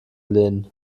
lehnen